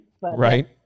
Right